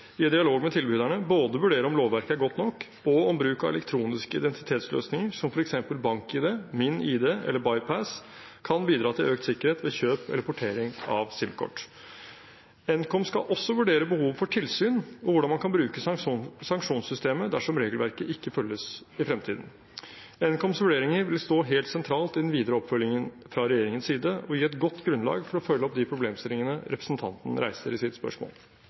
i dialog med tilbyderne, både vurdere om lovverket er godt nok, og om bruk av elektroniske identitetsløsninger, som f.eks. BankID, MinID eller Buypass, kan bidra til økt sikkerhet ved kjøp eller portering av SIM-kort. Nkom skal også vurdere behovet for tilsyn og hvordan man kan bruke sanksjonssystemet dersom regelverket ikke følges i fremtiden. Nkoms vurderinger vil stå helt sentralt i den videre oppfølgingen fra regjeringens side, og gi et godt grunnlag for å følge opp de problemstillingene representanten reiser i sitt spørsmål.